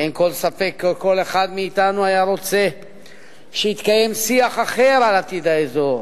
אין כל ספק כי כל אחד מאתנו היה רוצה שיתקיים שיח אחר על עתיד האזור,